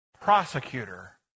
prosecutor